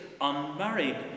unmarried